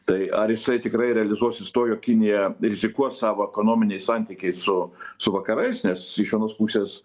tai ar jisai tikrai realizuosis tuo jog kinija rizikuos savo ekonominiais santykiais su su vakarais nes iš vienos pusės